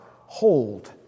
hold